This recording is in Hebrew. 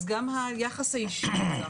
אז גם היחס האישי היה.